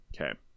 Okay